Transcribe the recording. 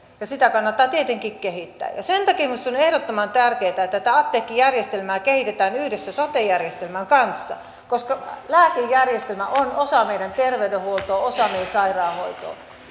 ja sitä kannattaa tietenkin kehittää ja sen takia minusta on ehdottoman tärkeää että tätä apteekkijärjestelmää kehitetään yhdessä sote järjestelmän kanssa koska lääkejärjestelmä on osa meidän terveydenhuoltoa osa meidän sairaanhoitoa